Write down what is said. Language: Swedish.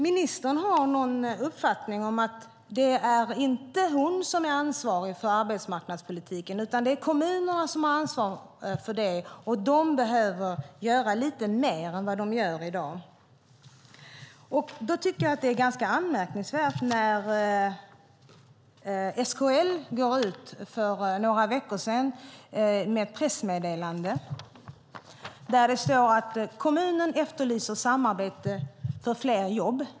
Ministern har någon uppfattning om att det inte är hon utan kommunerna som bär ansvaret för arbetsmarknadspolitiken och att de behöver göra lite mer än vad de gör i dag. För några veckor sedan gick SKL ut med ett pressmeddelande, där det står: "Kommuner efterlyser samarbete för fler jobb.